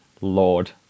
Lord